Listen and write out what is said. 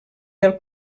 del